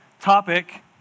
topic